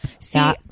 See